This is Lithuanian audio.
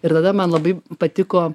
ir tada man labai patiko